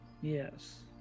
Yes